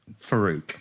Farouk